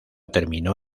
terminó